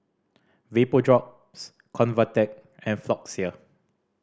Vapodrops Convatec and Floxia